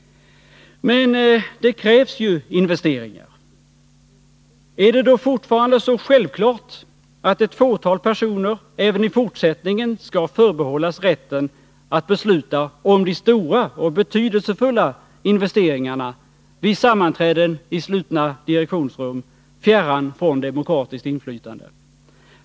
Men det krävs ju investeringar. Är det då självklart att ett fåtal personer även i fortsättningen skall förbehållas rätten att besluta om de stora och betydelsefulla investeringarna vid sammanträden i slutna direktionsrum, fjärran från demokratiskt inflytande?